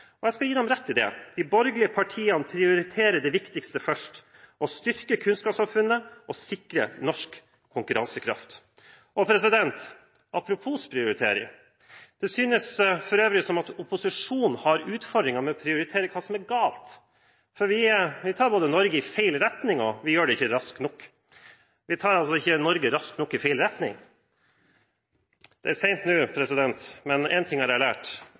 og jeg skal gi dem rett i det. De borgerlige partiene prioriterer det viktigste først – å styrke kunnskapssamfunnet og sikre norsk konkurransekraft. Apropos prioritering: Det synes for øvrig som om opposisjonen har utfordringer med å prioritere hva som er galt, for de sier at vi både tar Norge i feil retning, og at vi ikke gjør det raskt nok. Vi tar altså ikke Norge raskt nok i feil retning. Det er sent nå, men en ting har jeg lært.